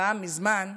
פעם, מזמן,